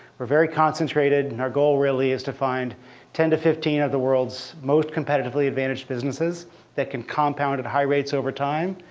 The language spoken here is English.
we're very concentrated. and our goal really is to find ten to fifteen of the world's most competitively advantaged businesses that can compound at high rates overtime,